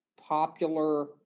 popular